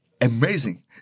amazing